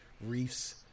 reef's